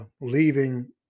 leaving